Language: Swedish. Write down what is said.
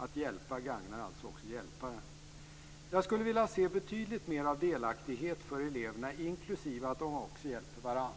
Att hjälpa gagnar alltså även hjälparen. Jag skulle vilja se betydligt mer av delaktighet för eleverna inklusive att de också hjälper varandra.